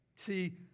See